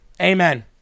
amen